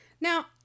Now